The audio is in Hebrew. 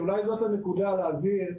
אולי זאת הנקודה להבהיר,